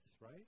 right